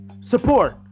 Support